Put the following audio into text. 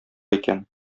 икән